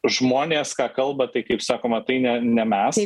žmonės ką kalba tai kaip sakoma tai ne ne mes